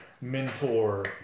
mentor